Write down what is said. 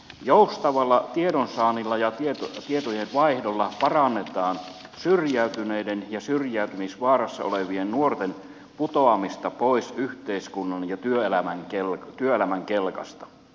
joustavalla tiedonsaannilla ja tietojen vaihdolla parannetaan sitä että syrjäytyneet ja syrjäytymisvaarassa olevat nuoret eivät putoa pois yhteiskunnan ja työelämän kelkasta